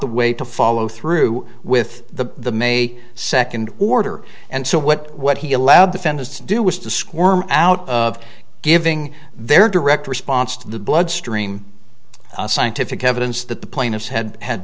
the way to follow through with the may second order and so what what he allowed defendants to do was to squirm out of giving their direct response to the bloodstream scientific evidence that the plaintiffs had had